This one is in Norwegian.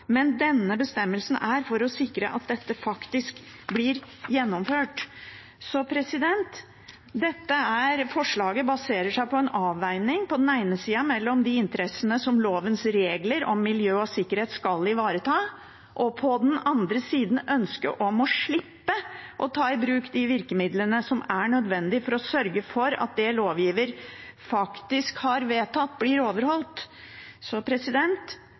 men denne bestemmelsen er for å sikre at dette faktisk blir gjennomført. Dette forslaget baserer seg på, på den ene siden, en avveining mellom de interessene som lovens regler om miljø og sikkerhet skal ivareta, og på den andre siden ønsket om å slippe å ta i bruk de virkemidlene som er nødvendige for å sørge for at det lovgiver faktisk har vedtatt, blir overholdt.